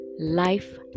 life